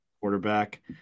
quarterback